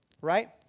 right